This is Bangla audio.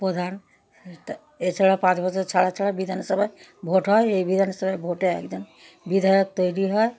প্রধান তা এছাড়া পাঁচ বছর ছাড়া ছাড়া বিধানসভার ভোট হয় এই বিধানসভার ভোটে একজন বিধায়ক তৈরি হয়